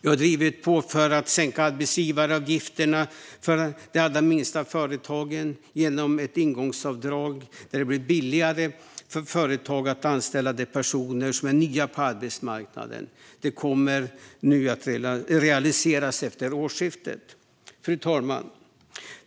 Vi har drivit på för att sänka arbetsgivaravgifterna för de allra minsta företagen genom ett ingångsavdrag. Det blir därmed billigare för företag att anställa de personer som är nya på arbetsmarknaden. Detta kommer att realiseras efter årsskiftet. Fru talman!